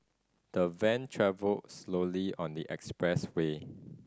the van travelled slowly on the expressway